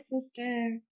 sister